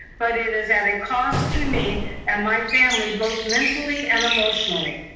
but it is at a cost to me and my family both mentally and emotionally.